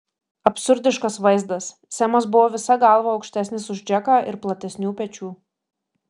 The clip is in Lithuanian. absurdiškas vaizdas semas buvo visa galva aukštesnis už džeką ir platesnių pečių